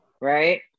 right